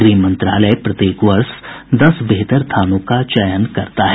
गृह मंत्रालय प्रत्येक वर्ष दस बेहतर थानों का चयन करता है